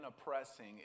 oppressing